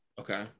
okay